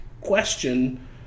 question